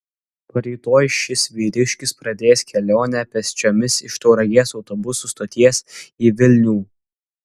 rytoj šis vyriškis pradės kelionę pėsčiomis iš tauragės autobusų stoties į vilnių